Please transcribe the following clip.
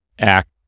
act